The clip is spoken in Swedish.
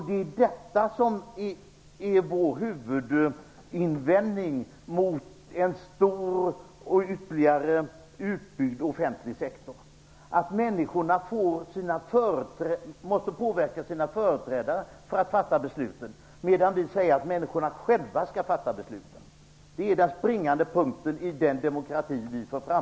Det är detta som är vår huvudinvändning mot en stor och ytterligare utbyggd offentlig sektor, att människorna måste påverka sina företrädare att fatta besluten, medan vi säger att människorna själva skall fatta besluten. Det är den springande punkten i den demokrati vi för fram.